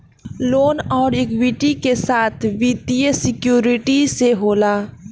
loan अउर equity के साथ वित्तीय सिक्योरिटी से होला